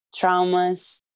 traumas